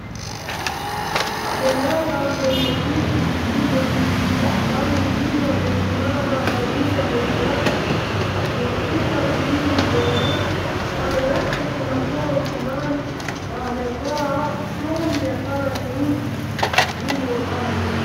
Amelala kwenye kiti kingine , daktari mwengine amesimama anauguza meno yake. Ameukinga vizuri mdomo wake. Kando yake kuna choro flani na aproni ya color nyeusi yumo ndani.